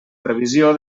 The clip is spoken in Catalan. previsió